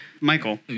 Michael